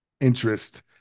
interest